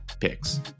picks